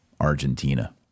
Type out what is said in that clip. Argentina